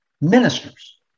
ministers